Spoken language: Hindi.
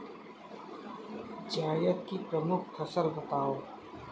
जायद की प्रमुख फसल बताओ